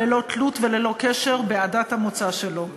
ללא תלות וללא קשר לעדת המוצא שלו.